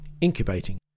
incubating